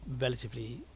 relatively